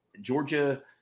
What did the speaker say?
Georgia